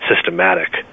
systematic